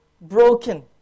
broken